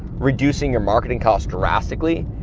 reducing your marketing costs drastically,